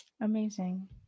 Amazing